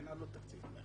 אין עלות תקציבית.